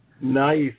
Nice